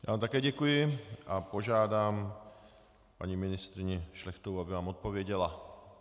Já vám také děkuji a požádám paní ministryni Šlechtovou, aby vám odpověděla.